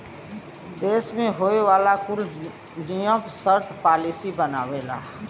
देस मे होए वाला कुल नियम सर्त पॉलिसी बनावेला